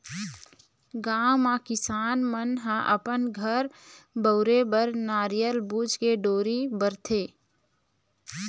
गाँव म किसान मन ह अपन घर बउरे बर नरियर बूच के डोरी बरथे